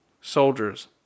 soldiers